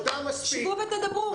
שוב ותדברו.